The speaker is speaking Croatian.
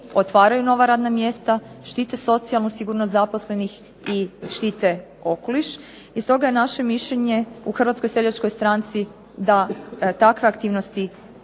otvaraju nova radna mjesta, štite socijalnu sigurnost zaposlenih i štite okoliš i stoga je naše mišljenje u HSS-u da takve aktivnosti